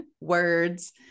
words